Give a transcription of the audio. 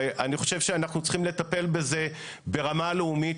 ואני חושב שאנחנו צריכים לטפל בזה ברמה הלאומית.